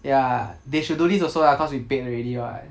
ya they should do this also lah cause we paid already right